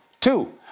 Two